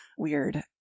weird